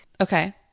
Okay